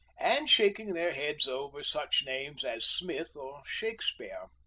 and shaking their heads over such names as smith or shakespeare.